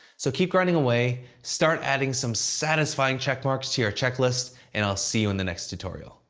so keep grinding away, start adding some satisfying checkmarks to your checklist and i'll see you in the next tutorial.